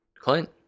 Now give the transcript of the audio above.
Clint